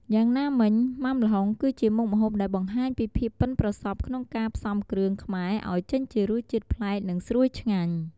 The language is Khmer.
យ៉ាងណាមិញម៉ាំល្ហុងគឺជាមុខម្ហូបដែលបង្ហាញពីភាពប៉ិនប្រសប់ក្នុងការផ្សំគ្រឿងខ្មែរឲ្យចេញជារសជាតិប្លែក និងស្រួយឆ្ងាញ់។